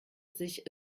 sich